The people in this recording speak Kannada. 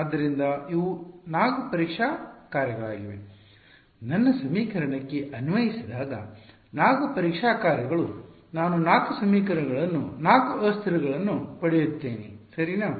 ಆದ್ದರಿಂದ ಇವು 4 ಪರೀಕ್ಷಾ ಕಾರ್ಯಗಳಾಗಿವೆ ನನ್ನ ಸಮೀಕರಣಕ್ಕೆ ಅನ್ವಯಿಸಿದಾಗ 4 ಪರೀಕ್ಷಾ ಕಾರ್ಯಗಳು ನಾನು 4 ಸಮೀಕರಣಗಳನ್ನು 4 ಅಸ್ಥಿರಗಳಗಳನ್ನು ಪಡೆಯುತ್ತೇನೆ ಸರಿನಾ